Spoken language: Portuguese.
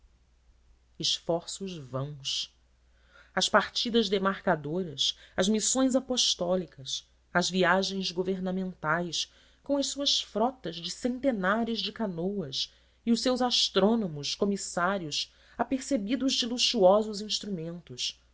esforços vãos as partidas demarcadoras as missões apostólicas as viagens governamentais com as suas frotas de centenas de canoas e os seus astrônomos comissários apercebidos de luxuosos instrumentos